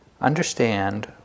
understand